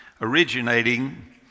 originating